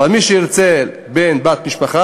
אבל מי שירצה בן או בת משפחה,